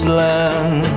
land